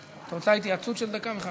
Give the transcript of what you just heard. את רוצה התייעצות של דקה, מיכל?